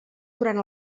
durant